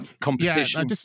competition